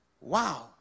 Wow